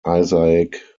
isaac